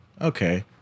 okay